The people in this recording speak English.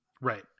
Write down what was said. Right